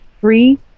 free